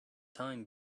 time